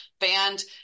banned